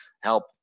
help